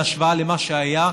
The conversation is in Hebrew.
בהשוואה למה שהיה,